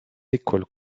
écoles